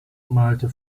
malte